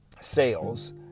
sales